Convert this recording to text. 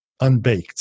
unbaked